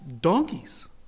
donkeys